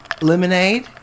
Lemonade